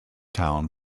town